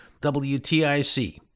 WTIC